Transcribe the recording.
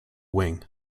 wing